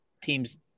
team's